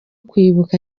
kwibuka